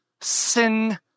sin